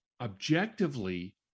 objectively